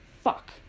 fuck